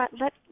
let